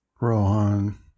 Rohan